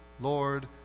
Lord